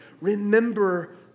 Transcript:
remember